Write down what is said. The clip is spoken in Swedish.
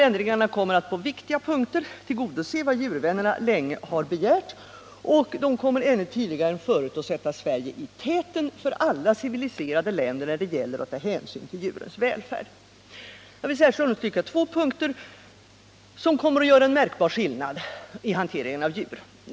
Ändringarna kommer att på viktiga punkter tillgodose vad djurvännerna länge har begärt, och de kommer att ännu mera än förut sätta Sverige i täten för alla civiliserade länder när det gäller att ta hänsyn till djurens välfärd. Jag vill särskilt understryka två punkter, som kommer att medföra en märkbar skillnad i hanteringen av djur.